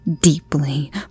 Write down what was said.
deeply